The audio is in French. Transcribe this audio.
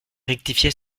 rectifié